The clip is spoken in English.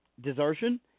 desertion